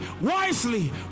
wisely